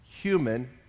human